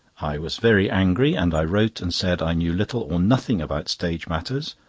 i was very angry, and i wrote and said i knew little or nothing about stage matters,